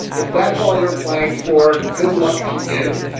if that's all you're playing for. good luck to you.